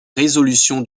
résolution